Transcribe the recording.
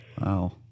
Wow